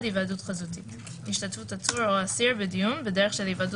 והאמת שאולי זה מקדים את הדיון שהתכוונו